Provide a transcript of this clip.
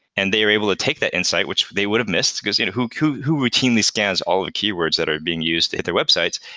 and they were able to take that insight which they would've missed, because you know who who routinely scans all the keywords that are being used at their websites?